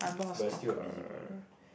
but you're still a busybody